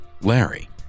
Larry